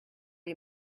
you